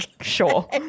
sure